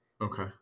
Okay